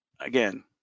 again